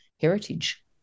heritage